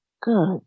Good